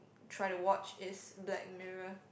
try to watch is Black Mirror